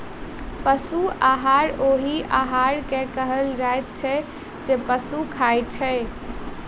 पशु आहार ओहि आहार के कहल जाइत छै जे पशु खाइत छै